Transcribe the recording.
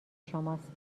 شماست